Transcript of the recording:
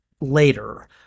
later